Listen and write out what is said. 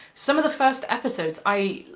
some of the first episodes. i.